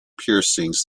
piercings